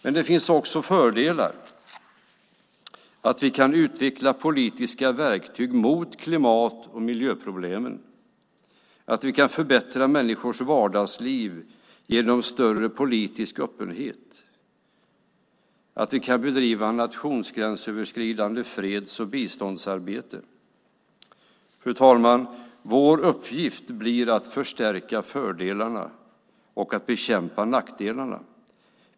Fördelarna är att vi kan utveckla politiska verktyg mot klimat och miljöproblem, att vi kan förbättra människors vardagsliv genom större politisk öppenhet och att vi kan bedriva nationsgränsöverskridande freds och biståndsarbete. Fru talman! Vår uppgift blir att förstärka fördelarna och att bekämpa nackdelarna.